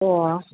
ꯑꯣ